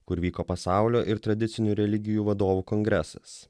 kur vyko pasaulio ir tradicinių religijų vadovų kongresas